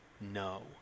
no